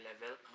level